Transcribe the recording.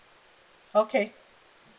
okay